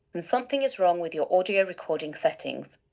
then something is wrong with your audio recording settings.